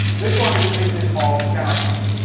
this one is indicative of jarosite,